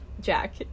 Jack